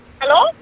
Hello